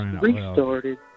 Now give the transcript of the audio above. restarted